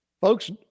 Folks